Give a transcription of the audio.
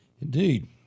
Indeed